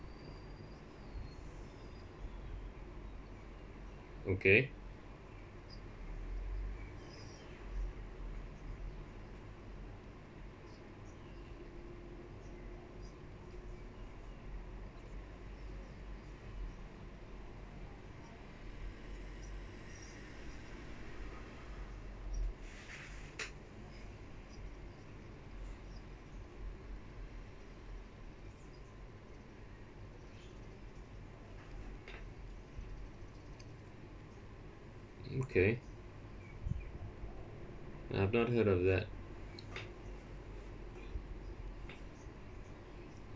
okay okay I've not heard of that